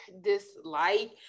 dislike